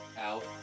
out